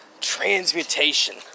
Transmutation